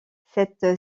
cette